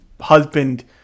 husband